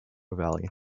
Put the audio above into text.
valley